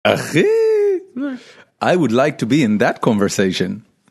I would like to be in that conversation.